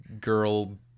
girl